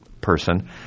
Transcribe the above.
person